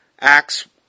Acts